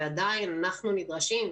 ועדיין אנחנו נדרשים,